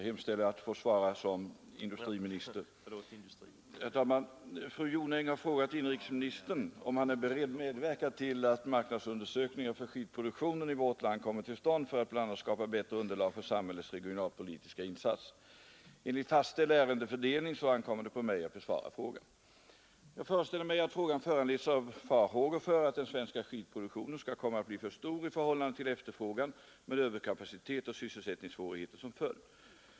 Herr talman! Fru Jonäng har frågat inrikesministern om han är beredd medverka till att marknadsundersökningar för skidproduktionen i vårt land kommer till stånd för att bl.a. skapa bättre underlag för samhällets regionalpolitiska insatser. Enligt fastställd ärendefördelning ankommer det på mig att besvara frågan. Jag föreställer mig att frågan föranletts av farhågor för att den svenska skidproduktionen skall komma att bli för stor i förhållande till efterfrågan med överkapacitet och sysselsättningssvårigheter som följd.